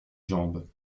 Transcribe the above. jambes